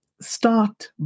start